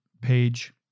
page